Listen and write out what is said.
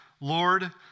Lord